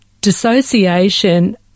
dissociation